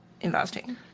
investing